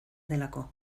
delako